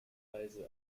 preise